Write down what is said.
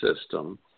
system